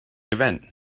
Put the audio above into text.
event